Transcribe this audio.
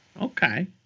Okay